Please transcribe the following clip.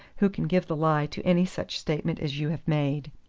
who can give the lie to any such statement as you have made.